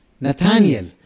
Nathaniel